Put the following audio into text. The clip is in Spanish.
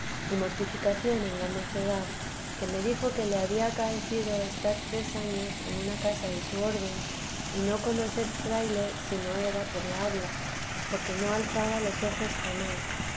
y mortificación en la mocedad que me dijo que le había acaecido estar tres años en una casa de su orden y no conocer fraile sino era por la habla porque no alzaba los ojos jamás